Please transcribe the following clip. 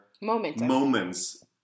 moments